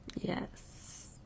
Yes